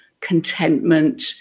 contentment